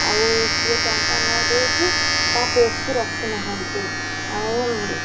ଆଉ ଯିଏ ଟଙ୍କା ନ ଦେଉଛି ତା କେସ୍କୁ ରଖୁନାହାନ୍ତି ଆଉ